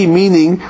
meaning